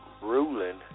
ruling